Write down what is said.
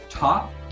Top